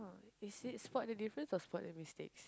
is it spot the difference or spot the mistakes